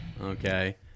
Okay